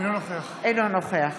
אינו נוכח